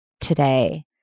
today